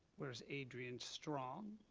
where is adrienne strong?